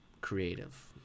creative